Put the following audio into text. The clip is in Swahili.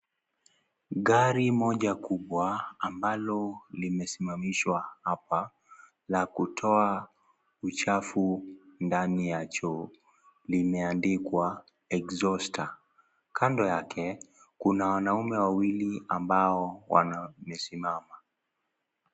Gari moja kubwa ambalo limesimamishwa hapa la kutoa uchafu ndani ya choo limeandikwa exhauster . Kando yake kuna wanaume wawili ambao wamesimama.